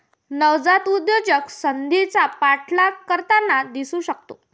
नवजात उद्योजक संधीचा पाठलाग करताना दिसू शकतो